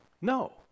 No